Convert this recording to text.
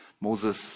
Moses